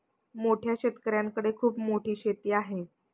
मोठ्या शेतकऱ्यांकडे खूप मोठी शेती आहे